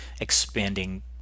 expanding